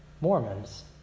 Mormons